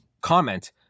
Comment